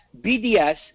BDS